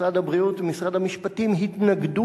משרד הבריאות ומשרד המשפטים התנגדו